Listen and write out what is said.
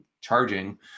charging